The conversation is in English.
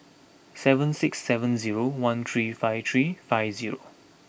seven six seven zero one three five three five zero